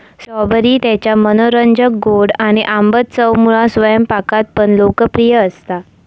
strawberry त्याच्या मनोरंजक गोड आणि आंबट चवमुळा स्वयंपाकात पण लोकप्रिय असता